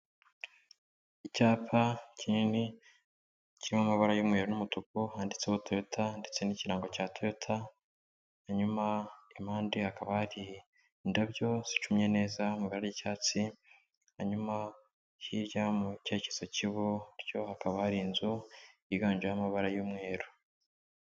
Icyapa kinini kirimo amabara y'umweru n'umutuku handitseho Toyota ndetse n'ikirango cya Toyota, hanyuma impande hakaba hari indabyo zicumye neza amabara y'icyatsi, hanyuma hirya mu cyerekezo cy'iburyo hakaba hari inzu yiganjemo amabara y'umweru.